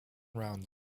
round